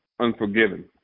Unforgiven